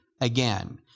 again